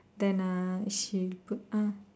then uh she go ah